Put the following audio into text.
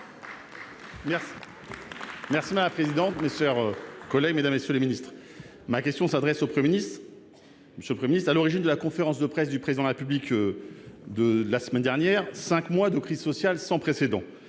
Merci a fait non plus chers collègues, mesdames, messieurs les ministres, ma question s'adresse au 1er ministre monsieur prémices à l'origine de la conférence de presse du président la République de la semaine dernière, 5 mois de crise sociale sans précédent,